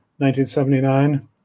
1979